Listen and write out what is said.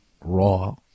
raw